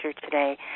today